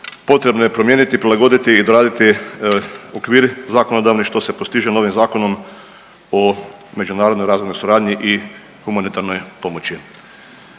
potrebno je promijeniti, prilagoditi i doraditi okvir zakonodavni što se postiže novim Zakonom o međunarodnoj razvojnoj suradnji i humanitarnoj pomoći.